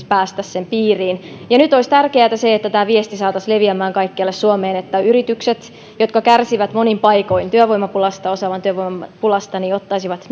päästä sen piiriin nyt olisi tärkeätä se että tämä viesti saataisiin leviämään kaikkialle suomeen niin että yritykset jotka kärsivät monin paikoin työvoimapulasta osaavan työvoiman pulasta ottaisivat